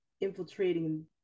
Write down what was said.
infiltrating